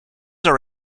are